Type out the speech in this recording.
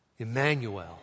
Emmanuel